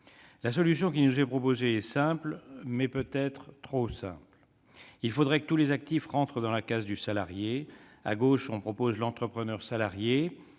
La solution qui nous est proposée est simple, mais elle est peut-être trop simple. Il faudrait que tous les actifs rentrent dans la case du salarié ; à gauche, on propose l'entrepreneur salarié,